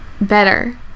Better